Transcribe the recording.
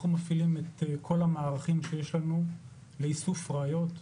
אנחנו מפעילים את כל המערכים שיש לנו לאיסוף ראיות,